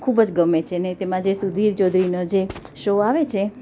ખૂબ જ ગમે છે ને તેમાં જે સુધીર ચૌધરીનો જે શો આવે છે